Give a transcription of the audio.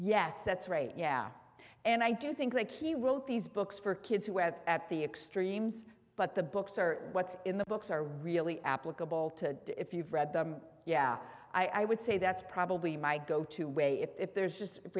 yes that's rate yeah and i do think like he wrote these books for kids who have at the extremes but the books are what's in the books are really applicable to if you've read them yeah i would say that's probably my go to way if there's